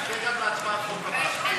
הצעת חוק שירותי הסעד (תיקון, הקמת מרכזי